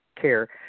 care